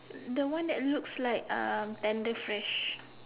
the one that looks like um tender fresh